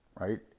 right